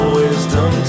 wisdom